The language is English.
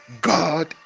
God